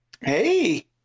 Hey